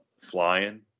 flying